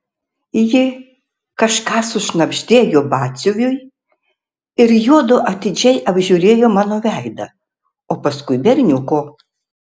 ji kažką sušnabždėjo batsiuviui ir juodu atidžiai apžiūrėjo mano veidą o paskui berniuko